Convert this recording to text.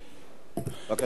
בבקשה, אדוני.